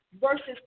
versus